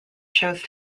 chose